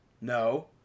no